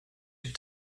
had